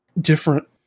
different